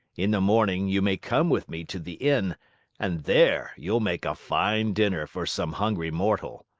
in the morning you may come with me to the inn and there you'll make a fine dinner for some hungry mortal.